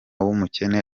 w’umukene